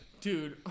Dude